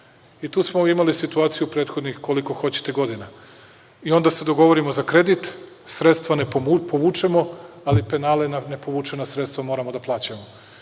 Tu smo imali situaciju prethodnih, koliko hoćete, godina. Onda se dogovorimo za kredit, sredstva ne povučemo, ali penale na ne povučena sredstva moramo da plaćamo,